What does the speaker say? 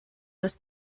das